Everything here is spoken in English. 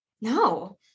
No